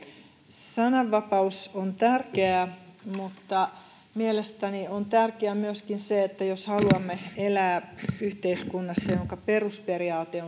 sananvapaus on tärkeä mutta mielestäni on tärkeää myöskin se että jos haluamme elää yhteiskunnassa jonka perusperiaate